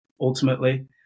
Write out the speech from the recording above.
ultimately